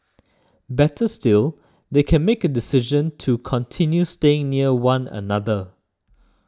better still they can make a decision to continue staying near one another